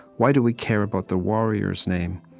why do we care about the warrior's name?